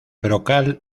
brocal